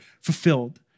fulfilled